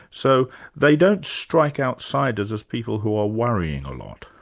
so they don't strike outsiders as people who are worrying a lot.